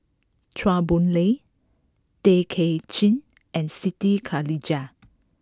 Chua Boon Lay Tay Kay Chin and Siti Khalijah